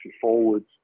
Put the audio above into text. forwards